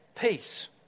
peace